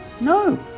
No